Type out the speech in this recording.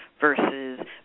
versus